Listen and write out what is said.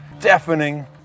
deafening